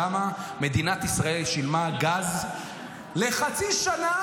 כמה מדינת ישראל שילמה על גז לחצי שנה